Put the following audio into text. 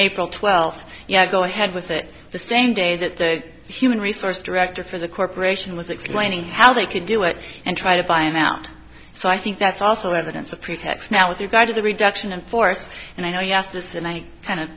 april twelfth yeah go ahead with it the same day that the human resource director for the corporation was explaining how they could do it and try to buy him out so i think that's also evidence of pretext now with regard to the reduction in force and i know you asked this and i kind